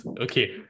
okay